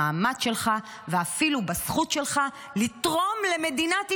במעמד שלך ואפילו בזכות שלך לתרום למדינת ישראל.